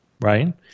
right